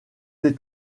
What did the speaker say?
tais